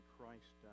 Christ